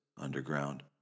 underground